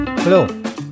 Hello